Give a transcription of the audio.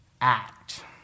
act